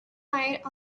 night